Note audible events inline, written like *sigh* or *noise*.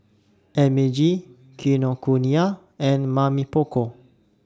M A G *noise* Kinokuniya and Mamy Poko *noise*